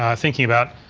um thinking about.